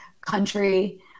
country